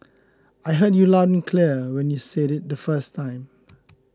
I heard you loud and clear when you said it the first time